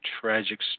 tragic